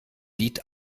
lied